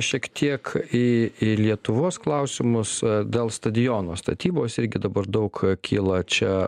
šiek tiek į į lietuvos klausimus dėl stadiono statybos irgi dabar daug kyla čia